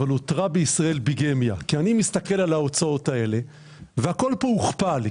אבל הותרה בישראל ביגמיה כי אני מסתכל על ההוצאות האלה והכול פה הוכפל.